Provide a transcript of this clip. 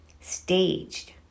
staged